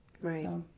Right